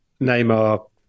Neymar